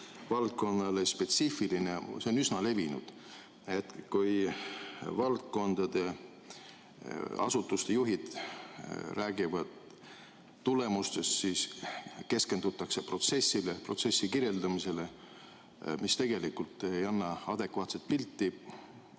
valdkonnale spetsiifiline, see on üsna levinud. Kui valdkondade asutuste juhid räägivad tulemustest, siis keskendutakse protsessile, protsessi kirjeldamisele, mis tegelikult ei anna adekvaatset pilti.